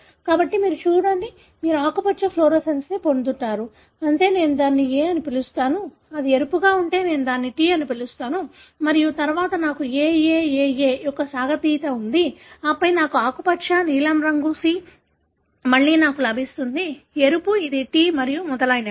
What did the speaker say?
కాబట్టి మీరు చూడండి మీరు ఆకుపచ్చ ఫ్లోరోసెన్స్ పొందుతారు అంటే నేను దానిని A అని పిలుస్తాను అది ఎరుపుగా ఉంటే నేను దానిని T అని పిలుస్తాను మరియు తరువాత నాకు AAAA యొక్క సాగతీత ఉంది ఆపై నాకు ఆకుపచ్చ నీలం రంగు C మళ్లీ నాకు లభిస్తుంది ఎరుపు ఇది T మరియు మొదలైనవి